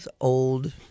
old